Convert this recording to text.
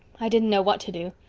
i didn't know what to do.